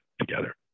together